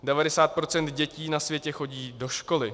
Devadesát procent dětí na světě chodí do školy.